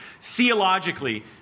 theologically